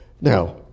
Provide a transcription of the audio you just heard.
Now